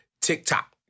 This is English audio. TikTok